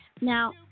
Now